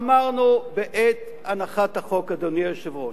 אמרנו בעת הנחת החוק, אדוני היושב-ראש,